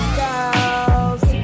girls